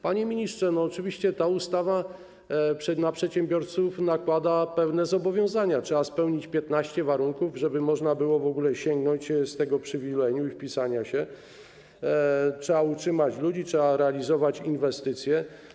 Panie ministrze, oczywiście ta ustawa na przedsiębiorców nakłada pewne zobowiązania, trzeba spełnić 15 warunków, żeby można było w ogóle skorzystać z tego przywileju i wpisania się w to, trzeba utrzymać ludzi, trzeba realizować inwestycje.